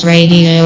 Radio